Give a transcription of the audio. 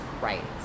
rights